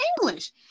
English